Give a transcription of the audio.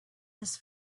this